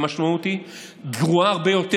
והמשמעות היא גרועה הרבה יותר.